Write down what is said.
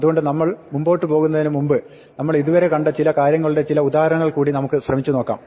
അതുകൊണ്ട് നമ്മൾ മുമ്പോട്ട് പോകുന്നതിന് മുമ്പ് നമ്മൾ ഇതുവരെ കണ്ട ചില കാര്യങ്ങളുടെ ചില ഉദാഹരണങ്ങൾ നമുക്ക് ശ്രമിച്ചുനോക്കാം